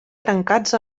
trencats